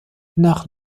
nach